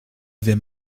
avait